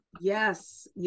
Yes